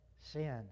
sin